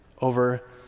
over